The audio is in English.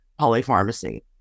polypharmacy